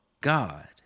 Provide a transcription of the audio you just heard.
God